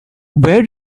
where